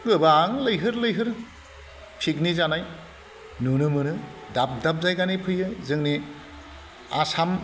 गोबां लैहोर लैहोर पिकनिक जानाय नुनो मोनो दाब दाब जायगानि फैयो जोंनि आसाम